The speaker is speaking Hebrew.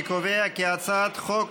אני קובע כי הצעת החוק